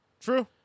True